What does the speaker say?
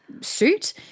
suit